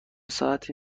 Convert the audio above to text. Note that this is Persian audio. ساعتی